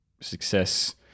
success